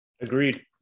Agreed